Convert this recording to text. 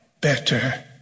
better